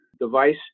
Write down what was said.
device